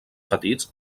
petits